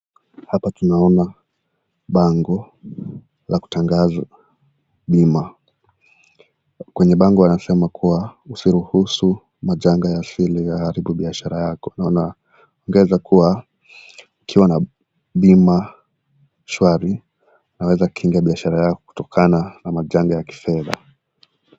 Hapa tunaona bango la kutangaza bima. Kwenye bango wanasema kua, usiruhusu majanga ya asili ya haribu biashara yako. Na wanaongeza kua, ukiwa na bima shwari, unaeza kinga biashara yako kutokana na majanga ya kifedha.